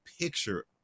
picture